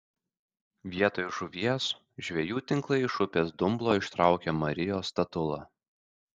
vietoj žuvies žvejų tinklai iš upės dumblo ištraukė marijos statulą